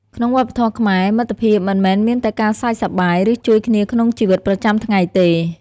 ក្នុងវប្បធម៌ខ្មែរ មិត្តភាពមិនមែនមានតែការសើចសប្បាយ ឬជួយគ្នាក្នុងជីវិតប្រចាំថ្ងៃទេ។